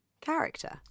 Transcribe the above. character